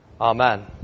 amen